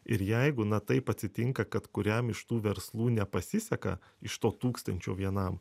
ir jeigu na taip atsitinka kad kuriam iš tų verslų nepasiseka iš to tūkstančio vienam